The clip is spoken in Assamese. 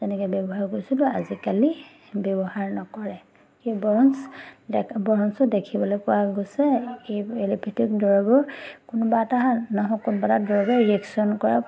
তেনেকৈ ব্যৱহাৰ কৰিছিলোঁ আজিকালি ব্যৱহাৰ নকৰে এই বৰঞ্চ বৰঞ্চ দেখিবলৈ পোৱা গৈছে এই এল'পেথিক দৰৱবোৰ কোনোবা এটা নহওক কোনোবা এটা দৰৱে ৰিয়েকশ্যন কৰা